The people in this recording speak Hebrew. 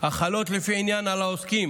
החלות לפי העניין על עוסקים